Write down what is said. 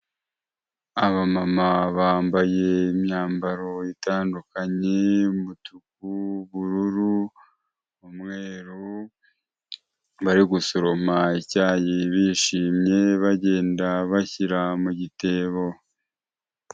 Aba mama bambaye imyambaro itandukanye umutuku, ubururu, umweru, bari gusoroma icyayi bishimye bagenda bashyira mu gitebo.